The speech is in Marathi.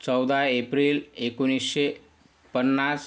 चौदा एप्रिल एकोणीसशे पन्नास